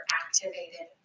activated